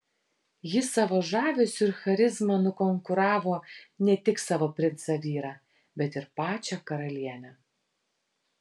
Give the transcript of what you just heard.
ji savo žavesiu ir charizma nukonkuravo ne tik savo princą vyrą bet ir pačią karalienę